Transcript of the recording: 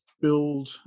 build